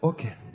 Okay